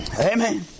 Amen